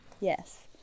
Yes